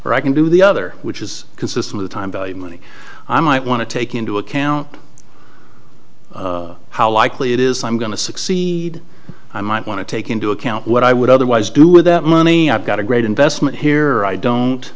or i can do the other which is consistent the time value of money i might want to take into account how likely it is i'm going to succeed i might want to take into account what i would otherwise do with that money i've got a great investment here i don't